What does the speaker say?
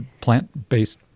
plant-based